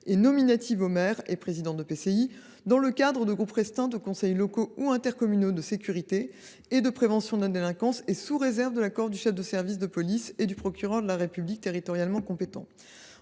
et nominatives avec les maires et présidents d’intercommunalités, dans le cadre des groupes restreints des conseils locaux ou intercommunaux de sécurité et de prévention de la délinquance, sous réserve de l’accord du chef du service de police et du procureur de la République territorialement compétents.